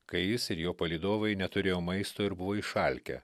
kai jis ir jo palydovai neturėjo maisto ir buvo išalkę